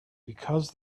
because